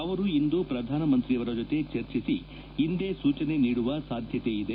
ಅವರು ಇಂದು ಪ್ರಧಾನಮಂತ್ರಿಯವರ ಜೊತೆ ಚರ್ಚಿಸಿ ಇಂದೇ ಸೂಚನೆ ನೀಡುವ ಸಾಧ್ಯತೆ ಇದೆ